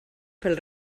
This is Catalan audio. pel